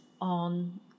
on